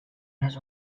les